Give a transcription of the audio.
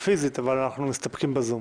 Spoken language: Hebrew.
אבל אנחנו מסתפקים בזום.